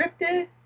scripted